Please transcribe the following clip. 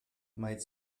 might